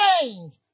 change